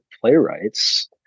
playwrights